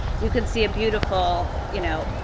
you could see a beautiful, you know,